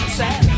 sad